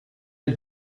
are